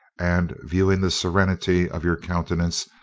and viewing the serenity of your countenance,